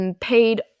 paid